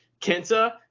Kenta